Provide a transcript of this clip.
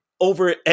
over